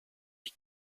die